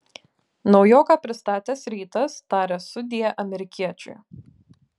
naujoką pristatęs rytas taria sudie amerikiečiui